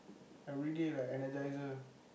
every day like energiser